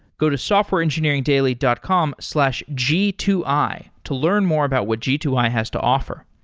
go to softwareengineeringdaily dot com slash g two i to learn more about what g two i has to offer.